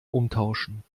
umtauschen